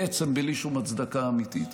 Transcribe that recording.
בעצם בלי שום הצדקה אמיתית.